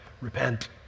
Repent